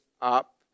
up